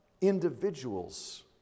individuals